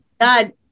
God